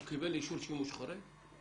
הוא קיבל אישור שימוש חורג?